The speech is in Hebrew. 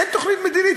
אין תוכנית מדינית.